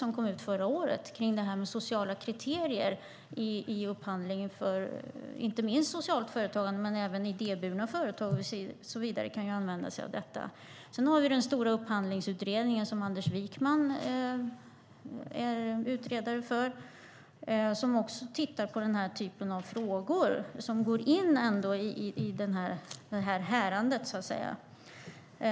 Den kom ut förra året och handlar om sociala kriterier i upphandling för inte minst socialt företagande men även idéburna företag och så vidare som kan använda sig av detta. Sedan har vi den stora upphandlingsutredningen som Anders Wijkman är utredare för och som också tittar på den typ av frågor som ingår i detta härad.